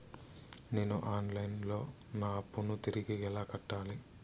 నేను online లో నా అప్పును తిరిగి ఎలా కట్టాలి?